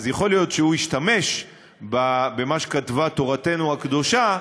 אז יכול להיות שהוא השתמש במה שכתבה תורתנו הקדושה,